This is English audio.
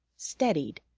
steadied,